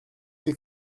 des